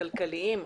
כלכליים,